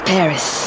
Paris